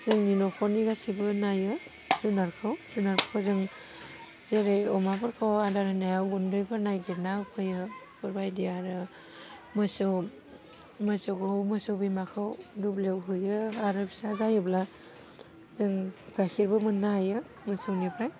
जोंनि नख'रनि गासिबो नायो जुनादखौ जुनादखौ जों जेरै अमाफोरखौ आदार होनायाव गुन्दैफोर नागिरना होफैयो बेफोरबायदि आरो मोसौ मोसौखौ मोसौ बिमाखौ दुब्लियाव होयो आरो फिसा जायोब्ला जों गाइखेरबो मोननो हायो मोसौनिफ्राय